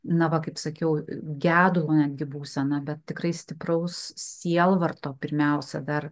na va kaip sakiau gedulo netgi būsena bet tikrai stipraus sielvarto pirmiausia dar